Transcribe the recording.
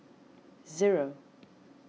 zero